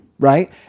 Right